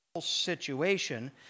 situation